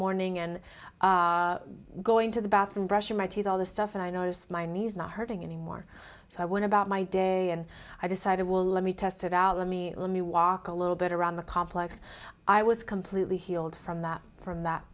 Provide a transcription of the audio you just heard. morning and going to the bathroom brushing my teeth all the stuff and i noticed my knees not hurting anymore so i went about my day and i decided well let me test it out let me let me walk a little bit around the complex i was completely healed from that from that